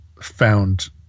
found